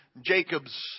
Jacob's